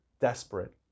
desperate